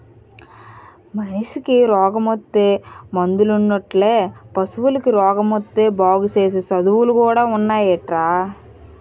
మనిసికి రోగమొత్తే మందులున్నట్లే పశువులకి రోగమొత్తే బాగుసేసే సదువులు కూడా ఉన్నాయటరా